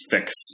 fix